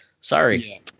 Sorry